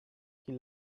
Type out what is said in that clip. qui